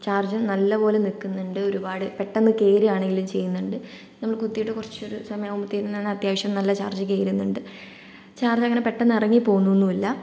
ചാർജ്ജും നല്ലപോലെ നിൽക്കുന്നുണ്ട് ഒരുപാട് പെട്ടെന്ന് കയറുവാണെങ്കിലും ചെയ്യുന്നുണ്ട് നമ്മൾ കുത്തിയിട്ട കുറച്ച് ഒരു സമയം ആകുമ്പോഴത്തേക്കും നല്ല അത്യാവശ്യം നല്ല ചാർജ് കയറുന്നുണ്ട് ചാർജ് അങ്ങനെ പെട്ടെന്ന് ഇറങ്ങി പോകുന്നൊന്നുമില്ല